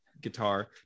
guitar